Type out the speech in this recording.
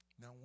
now